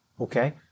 Okay